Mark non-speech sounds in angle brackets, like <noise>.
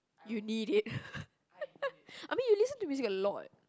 you need it <laughs> I mean you listen to music a lot